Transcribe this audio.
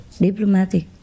Diplomatic